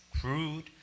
crude